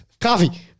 Coffee